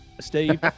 Steve